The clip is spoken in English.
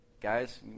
Guys